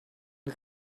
ein